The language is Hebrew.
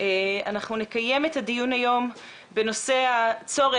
אנחנו נקיים את הדיון היום בנושא הצורך,